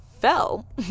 fell